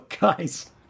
guys